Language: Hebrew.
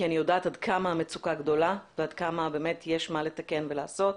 כי אני יודעת עד כמה המצוקה גדולה ועד כמה יש מה לתקן ולעשות.